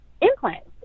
implants